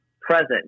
present